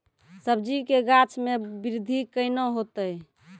सब्जी के गाछ मे बृद्धि कैना होतै?